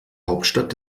hauptstadt